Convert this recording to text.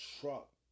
truck